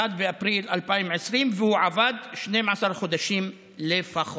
1 באפריל 2020, והוא עבד 12 חודשים לפחות.